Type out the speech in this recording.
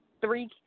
three